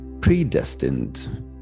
predestined